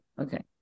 Okay